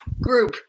Group